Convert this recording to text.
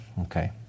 Okay